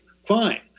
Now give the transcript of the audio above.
Fine